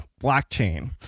blockchain